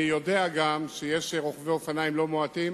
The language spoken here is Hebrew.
אני יודע גם שיש רוכבי אופניים לא מועטים